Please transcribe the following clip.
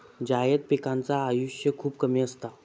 जायद पिकांचा आयुष्य खूप कमी असता